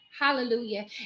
Hallelujah